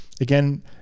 again